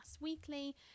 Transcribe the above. weekly